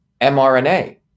mRNA